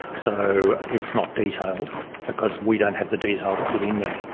so it's not detailed because we don't have the detail to put in there.